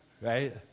Right